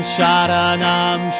Sharanam